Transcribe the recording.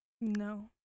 no